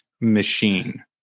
machine